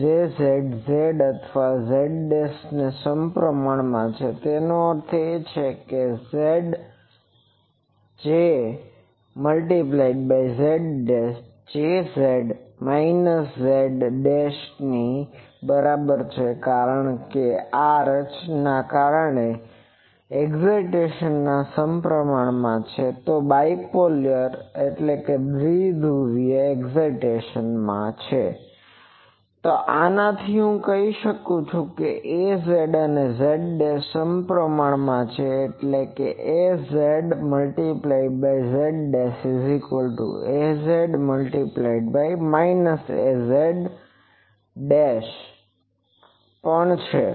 Jz z અથવા z' ને સપ્રમાણ છે જેનો અર્થ છે કે Jz z Jz z ની બરાબર છે કારણ કે આ રચનાને કારણે એક્સાઈટેસન સપ્રમાણ છે તો બાઈપોલાર દ્વિધ્રુવીય એક્સાઈટેસન તો આના થી હું જાણું છે કે Az પણ z' ને સપ્રમાણ છે એટલે કે Az z Az z પણ છે